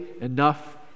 enough